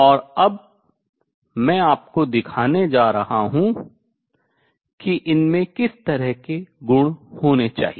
और अब मैं आपको दिखाने जा रहा हूँ कि इनमें किस तरह के गुण होने चाहिए